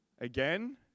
Again